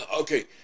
Okay